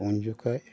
ᱩᱱ ᱡᱩᱠᱷᱚᱱ